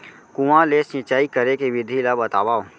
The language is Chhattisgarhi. कुआं ले सिंचाई करे के विधि ला बतावव?